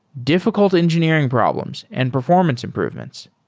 difficult engineering problems and performance improvements.